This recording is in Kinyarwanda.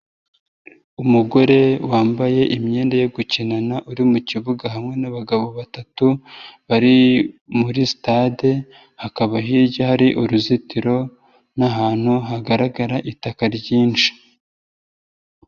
Umugore wambaye imyenda yo gukinana, uri mu kibuga hamwe n'abagabo batatu, bari muri sitade hakaba hirya hari uruzitiro n'ahantu hagaragara itaka ryinshi.